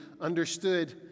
understood